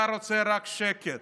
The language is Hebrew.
אתה רוצה רק שקט,